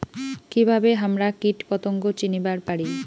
কিভাবে হামরা কীটপতঙ্গ চিনিবার পারি?